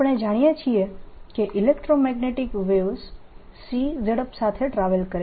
આપણે જાણીએ છીએ કે ઈલેક્ટ્રોમેગ્નેટીક વેવ્સ c ઝડપ સાથે ટ્રાવેલ કરે છે